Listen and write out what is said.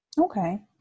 Okay